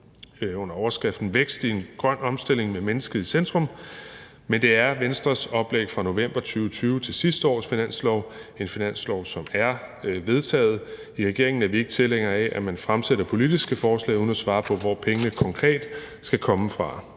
under overskriften »Vækst i en grøn omstilling – med mennesket i centrum«, men det er Venstres oplæg fra november 2020 til sidste års finanslov, en finanslov, som er vedtaget. I regeringen er vi ikke tilhængere af, at man fremsætter politiske forslag uden at svare på, hvor pengene konkret skal komme fra.